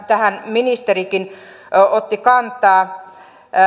tähän ministerikin otti kantaa